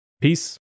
Peace